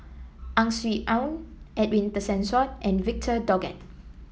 Ang Swee Aun Edwin Tessensohn and Victor Doggett